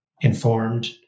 informed